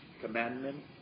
commandment